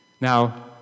Now